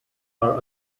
are